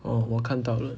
哦我看到了